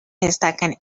destacan